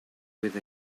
with